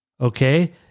okay